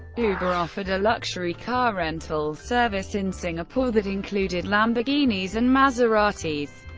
uber offered a luxury car-rental service in singapore that included lamborghinis and maseratis.